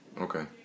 Okay